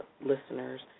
listeners